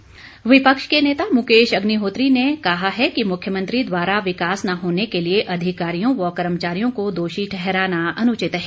अग्निहोत्री विपक्ष के नेता मुकेश अग्निहोत्री ने कहा है कि मुख्यमंत्री द्वारा विकास न होने के लिए अधिकारियों व कर्मचारियों को दोषी ठहराना अनुचित है